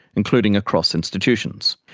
including across institutions.